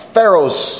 Pharaoh's